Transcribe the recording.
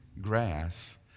grass